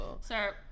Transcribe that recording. Sir